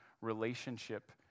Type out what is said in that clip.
relationship